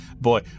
Boy